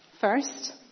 first